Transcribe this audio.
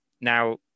Now